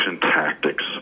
tactics